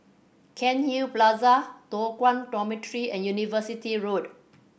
Cairnhill Plaza Toh Guan Dormitory and University Road